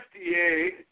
FDA